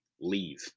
leave